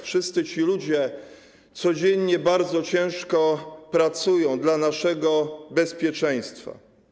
Wszyscy ci ludzie codziennie bardzo ciężko pracują dla naszego bezpieczeństwa.